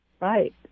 right